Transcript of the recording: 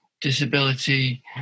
disability